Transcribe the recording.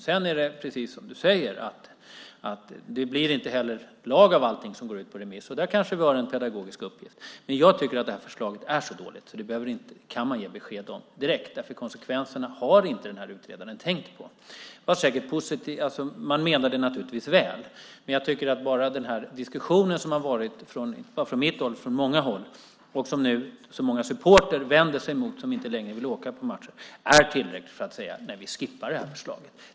Sedan är det precis som du säger, att det inte heller blir lag av allting som går ut på remiss. Där kanske vi har en pedagogisk uppgift. Men jag tycker att det här förslaget är så dåligt att det går att ge besked om det direkt. Konsekvenserna har inte den här utredaren tänkt på. Man menade naturligtvis väl, men jag tycker att bara den diskussion som har förts, inte bara från mitt håll utan från många håll, och det många supportrar nu vänder sig mot och därför inte längre vill åka på match är tillräckligt för att säga: Nej, vi skippar det här förslaget.